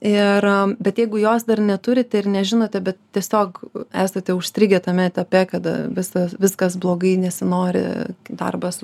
ir bet jeigu jos dar neturite ir nežinote bet tiesiog esate užstrigę tame etape kada visa viskas blogai nesinori darbas